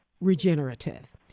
regenerative